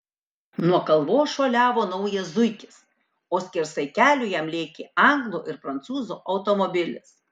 nuo kalvos šuoliavo naujas zuikis o skersai kelio jam lėkė anglo ir prancūzo automobilis